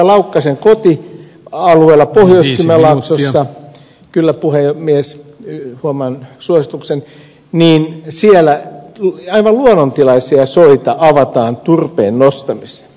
laukkasen kotialueella pohjois kymenlaaksossa kyllä puhe ja mies myy oman suorituksen puhemies huomaan suosituksen aivan luonnontilaisia soita avataan turpeen nostamiseen